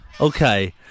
Okay